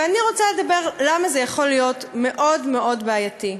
ואני רוצה לומר למה זה יכול להיות מאוד מאוד בעייתי.